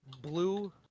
Blue